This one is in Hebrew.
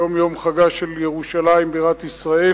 היום יום חגה של ירושלים, בירת ישראל.